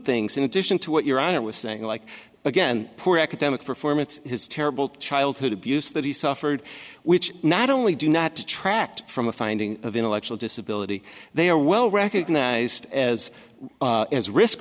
things in addition to what your honor was saying like again poor academic performance his terrible childhood abuse that he suffered which not only do not detract from a finding of intellectual disability they are well recognised as as risk